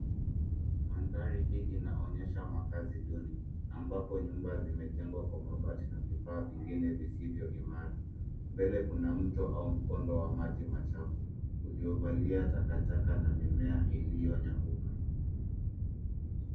Mandhari hii inaonyesha makazi duni ambapo nyumba zimejengwa kwa mabati na vifaa vingine visivyo imara. Mbele kuna mto au mkondo wa maji machafu uliovalia takataka na mimea iliyonyauka.